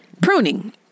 pruning